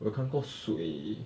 我有看过水